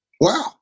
Wow